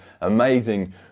amazing